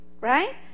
right